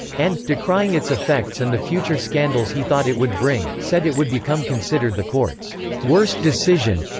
and, decrying its effects and the future scandals he thought it would bring, said it would become considered the court's worst decision.